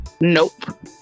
Nope